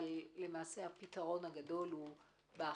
אבל הפתרון הגדול הוא באכיפה.